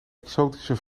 exotische